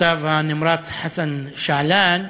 הכתב הנמרץ חסן שעלאן.